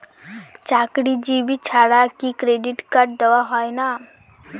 চাকুরীজীবি ছাড়া কি ক্রেডিট কার্ড দেওয়া হয় না?